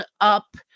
up